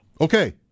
Okay